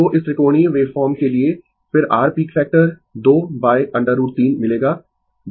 तो इस त्रिकोणीय वेव फॉर्म के लिए फिर r पीक फैक्टर 2 √3 मिलेगा